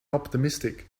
optimistic